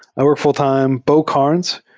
i work full-time. beau carnes.